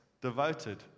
devoted